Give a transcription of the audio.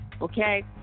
Okay